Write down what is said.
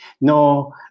no